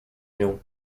nią